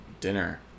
Dinner